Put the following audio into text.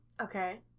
okay